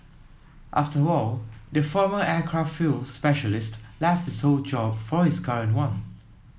after all the former aircraft fuel specialist left his old job for his current one